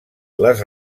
les